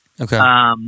Okay